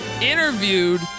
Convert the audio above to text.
interviewed